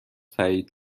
تأیید